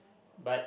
but